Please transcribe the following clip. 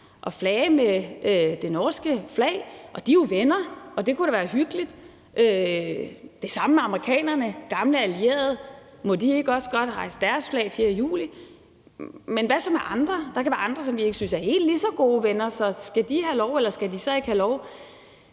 at flage med det norske flag, og de er jo vores venner, og det kunne da være hyggeligt. Det samme med amerikanerne, vores gamle allierede – må de ikke også godt hejse deres flag den 4. juli? Men hvad så med andre? Der kan være andre, som vi ikke synes er helt lige så gode venner – skal de have lov, eller skal de så ikke have lov?